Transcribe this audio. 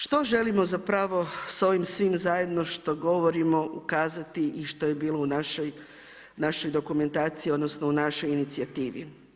Što želimo zapravo sa ovim svim zajedno što govorimo ukazati i što je bilo u našoj dokumentaciji odnosno u našoj inicijativi.